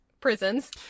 prisons